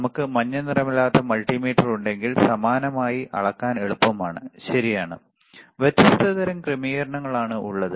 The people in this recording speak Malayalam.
നമുക്ക് മഞ്ഞനിറമില്ലാത്ത മൾട്ടിമീറ്റർ ഉണ്ടെങ്കിൽ സമാനമായി അളക്കാൻ എളുപ്പമാണ് ശരിയാണ് വ്യത്യസ്ത തരം ക്രമീകരണങ്ങൾ ആണ് ഉള്ളത്